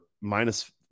minus